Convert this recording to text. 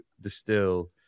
distill